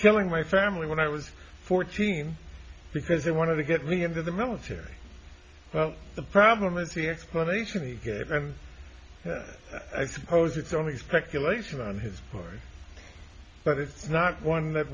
killing my family when i was fourteen because they wanted to get me into the military well the problem is the explanation and i suppose it's only speculation on his part but it's not one that